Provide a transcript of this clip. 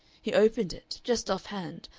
he opened it just off-hand,